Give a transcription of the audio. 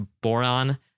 Boron